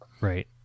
Right